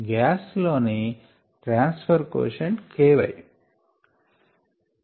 gas లోని transfer quotient ky